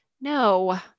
no